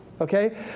Okay